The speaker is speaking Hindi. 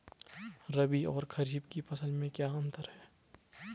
रबी और खरीफ की फसल में क्या अंतर है?